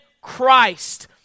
Christ